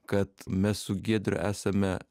kad mes su giedriu esame